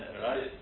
right